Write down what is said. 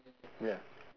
ya